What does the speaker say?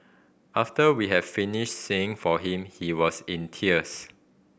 after we had finished singing for him he was in tears